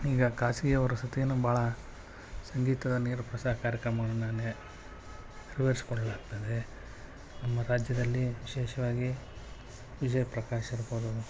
ಈಗ ಖಾಸಗಿಯವರು ಸತ ಏನು ಭಾಳ ಸಂಗೀತದ ನೇರಪ್ರಸಾರ ಕಾರ್ಯಕ್ರಮಗಳನ್ನೇ ನೆರ್ವೇರ್ಸಿ ಕೊಡಲಾಗ್ತಾ ಇದೆ ನಮ್ಮ ರಾಜ್ಯದಲ್ಲಿ ವಿಶೇಷವಾಗಿ ವಿಜಯ್ ಪ್ರಕಾಶ್ ಇರ್ಬೋದು